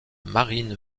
marine